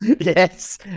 Yes